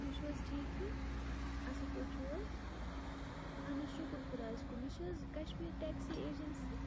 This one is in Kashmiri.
تُہۍ چھُو حظ ٹھیٖکٕے اصٕل پٲٹھۍ چھُو حظ اَہَن حظ شُکُر خُدایَس کُن یہِ چھِ حظ کَشمیٖر ٹیکسی ایجَنسی